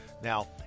Now